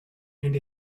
and